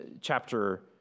chapter